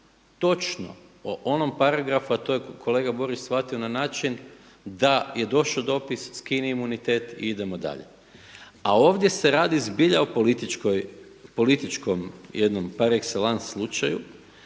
točno o onom paragrafu, a to je kolega Borić shvatio na način da je došao dopis skini imunitet i idemo dalje. A ovdje se radi zbilja o političkom jednom par exelance slučaju